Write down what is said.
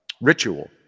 ritual